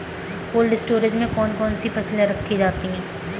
Cold storage में कौन कौन सी फसलें रखी जाती हैं?